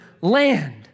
land